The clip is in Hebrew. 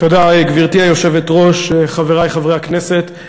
גברתי היושבת-ראש, חברי חברי הכנסת,